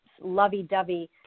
lovey-dovey